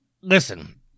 Listen